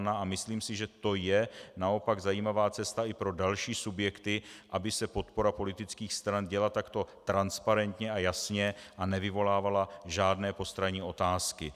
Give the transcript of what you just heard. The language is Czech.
A myslím si, že to je naopak zajímavá cesta i pro další subjekty, aby se podpora politických stran děla takto transparentně a jasně a nevyvolávala žádné postranní otázky.